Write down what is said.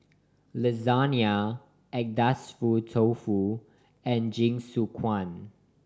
lasagne Agedashi Dofu and Jingisukan